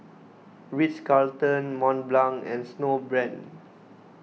Ritz Carlton Mont Blanc and Snowbrand